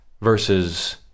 versus